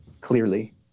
clearly